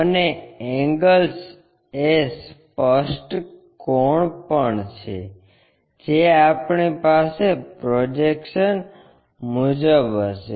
અને એંગલ્સ એ સ્પષ્ટ કોણ પણ છે જે આપણી પાસે પ્રોજેક્શન મુજબ હશે